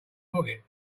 pocket